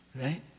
right